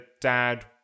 dad